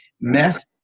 Mess